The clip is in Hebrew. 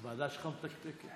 הוועדה שלך מתקתקת.